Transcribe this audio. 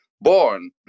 born